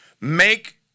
Make